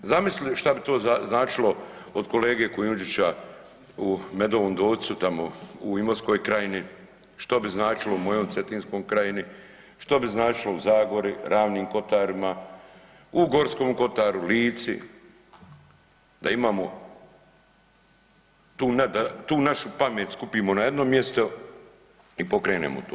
Zamisli šta bi to značilo od kolege Kujundžića u Medovom Dolcu tamo u Imotskoj krajini, što bi značilo u mojoj Cetinskoj krajini, što bi značilo u Zagori, Ravnim kotarima u Gorskom kotaru, Lici da imamo tu našu pamet skupimo na jedno mjesto i pokrenemo to.